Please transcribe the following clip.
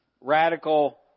radical